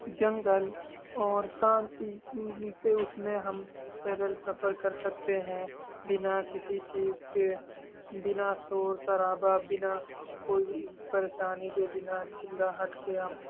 جنگل اور شانتی جس سے اس میں ہم پیدل سفر کر سکتے ہیں بنا کسی چیز کے بنا شور شرابا بنا کوئی پریشانی کے بنا چلاہٹ کے ہم